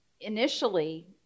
initially